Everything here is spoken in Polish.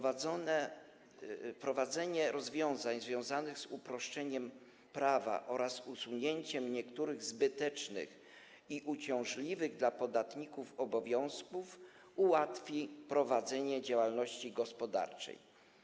Wprowadzenie rozwiązań związanych z uproszczeniem prawa oraz usunięciem niektórych zbytecznych i uciążliwych dla podatników obowiązków ułatwi prowadzenie działalności gospodarczej.